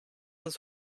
uns